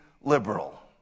liberal